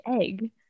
egg